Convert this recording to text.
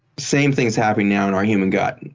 same thing is happening now in our human gut.